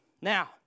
Now